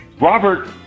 Robert